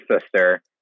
sister